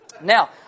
now